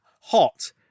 hot